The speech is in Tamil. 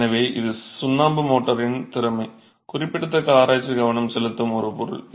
எனவே இது சுண்ணாம்பு மோர்டார்களின் தன்மை குறிப்பிடத்தக்க ஆராய்ச்சி கவனம் செலுத்தும் ஒரு பொருள்